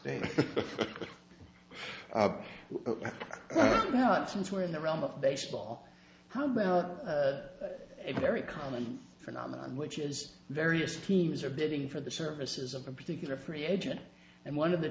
and since we're in the realm of baseball how bout a very common phenomenon which is various teams are bidding for the services of a particular free agent and one of the